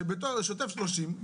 בשוטף 30,